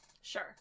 Sure